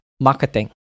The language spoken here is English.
marketing